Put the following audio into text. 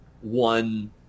one